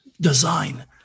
design